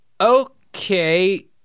okay